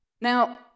Now